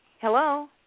Hello